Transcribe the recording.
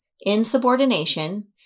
insubordination